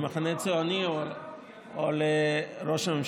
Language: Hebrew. למחנה הציוני או לראש הממשלה.